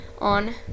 on